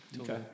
okay